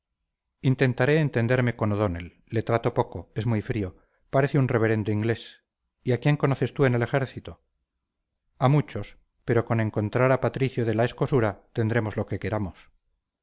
intentaré entenderme con o'donnell le trato poco es muy frío parece un reverendo inglés y a quién conoces tú en el ejército a muchos pero con encontrar a patricio de la escosura tendremos lo que queramos